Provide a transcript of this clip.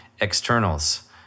externals